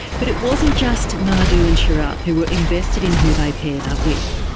but it wasn't just madhu and sharath who were invested in who they paired up with.